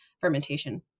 fermentation